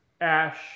Ash